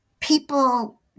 People